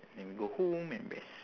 then go home and rest